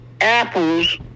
Apples